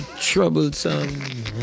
troublesome